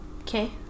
Okay